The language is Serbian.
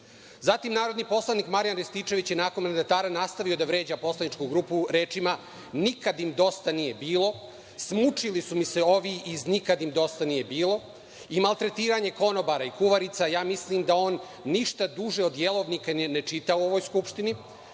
narodni poslanik Marijan Rističević je nakon mandatara nastavio da vređa poslaničku grupu rečima – Nikad im dosta nije bilo, smučili su mi se ovi iz nikad im dosta nije bilo i maltretiranje konobara i kuvarica. Ja mislim da on ništa duže od jelovnika ni ne čita u ovoj Skupštini,